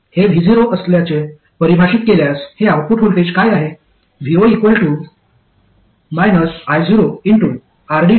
हे vo असल्याचे परिभाषित केल्यास हे आउटपुट व्होल्टेज काय आहे vo io RDRDRLRL